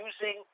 using